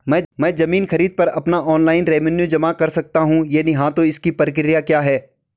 मैं ज़मीन खरीद पर अपना ऑनलाइन रेवन्यू जमा कर सकता हूँ यदि हाँ तो इसकी प्रक्रिया क्या है?